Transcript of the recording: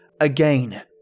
again